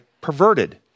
perverted